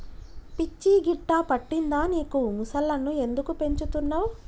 పిచ్చి గిట్టా పట్టిందా నీకు ముసల్లను ఎందుకు పెంచుతున్నవ్